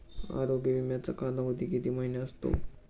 आरोग्य विमाचा कालावधी किती महिने असतो?